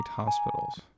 Hospitals